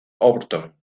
orton